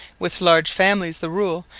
with large families the rule,